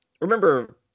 remember